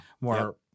more